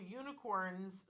unicorns